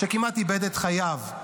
שכמעט איבד את חייו,